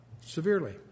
severely